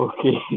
Okay